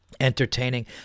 entertaining